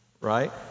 Right